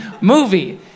movie